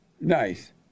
Nice